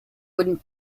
would